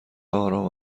آرام